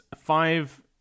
Five